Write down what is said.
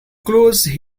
closed